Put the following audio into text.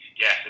Yes